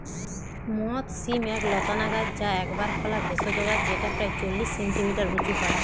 মথ শিম এক লতানা গাছ যা একবার ফলা ভেষজ গাছ যেটা প্রায় চল্লিশ সেন্টিমিটার উঁচু হয়